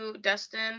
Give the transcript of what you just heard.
Dustin